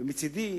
ומצדי,